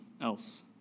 else